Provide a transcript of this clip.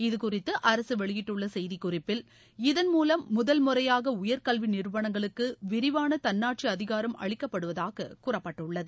இதுகுறித்து அரசு வெளியிட்டுள்ள செய்தி குறிப்பில் இதன் மூலம் முதல் முறையாக உயர் கல்வி நிறுவனங்களுக்கு விரிவான தன்னாட்சி அதிகாரம் அளிக்கப்படுவதாக கூறப்பட்டுள்ளது